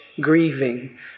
grieving